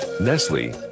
Nestle